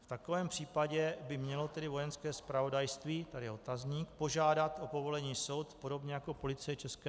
V takovém případě by mělo tedy Vojenské zpravodajství tady je otazník požádat o povolení soud, podobně jako Policie ČR.